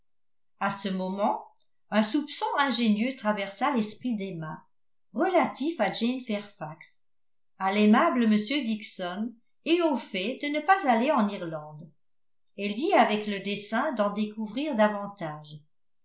à ce moment un soupçon ingénieux traversa l'esprit d'emma relatif à jane fairfax à l'aimable m dixon et au fait de ne pas aller en irlande elle dit avec le dessein d'en découvrir davantage